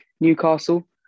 Newcastle